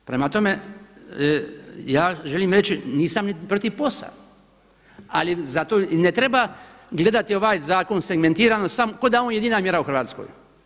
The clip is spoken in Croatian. Prema tome, ja želim reći nisam niti protiv POS-a, ali za to ne treba gledati ovaj zakon segmentirano kao da je on jedina mjera u Hrvatskoj.